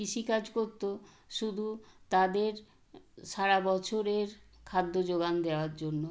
কিষি কাজ করতো শুধু তাদের সারা বছরের খাদ্য যোগান দেওয়ার জন্য